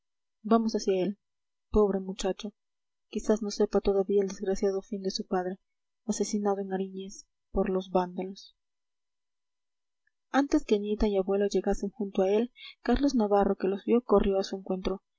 vamos hacia él pobre muchacho quizás no sepa todavía el desgraciado fin de su padre asesinado en aríñez por los vándalos antes que nieta y abuelo llegasen junto a él carlos navarro que los vio corrió a su encuentro